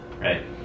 right